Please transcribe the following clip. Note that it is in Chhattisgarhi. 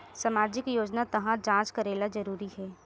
सामजिक योजना तहत जांच करेला जरूरी हे